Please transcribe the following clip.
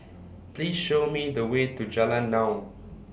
Please Show Me The Way to Jalan Naung